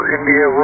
India